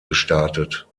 gestartet